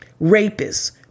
rapists